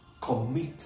commit